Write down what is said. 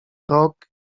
rok